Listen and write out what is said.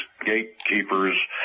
gatekeepers